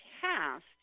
cast